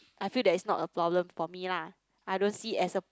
I feel that it's not a problem for me lah I don't see as a